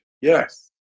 Yes